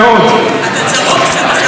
גברתי הנכבדה,